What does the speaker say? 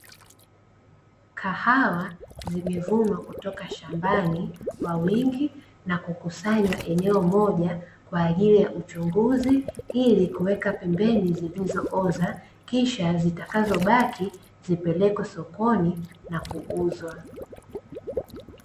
Kahawa zimevunwa kutoka shambani, kwa wingi na kukusanywa eneo moja kwa ajili ya uchunguzi. Ili kuweka pembeni zilizooza kisha zitakazo baki zipelekwe sokoni na kuuzwa